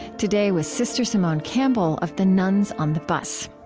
today, with sr. simone campbell of the nuns on the bus.